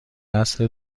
عصر